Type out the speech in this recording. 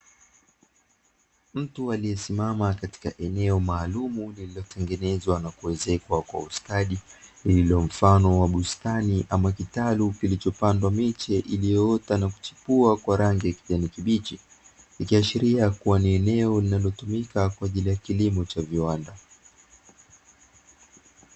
Mtu aliyesimama katika eneo maalumu lililotengenezwa na kuezekwa kwa ustadi, lililo mfano wa bustani ama kitalu kilichopandwa miche iliyoota na kuchipua kwa rangi ya kijani kibichi, ikiashiria kuwa ni eneo linalotumika kwa ajili ya kilimo cha viwanda.